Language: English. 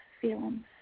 feeling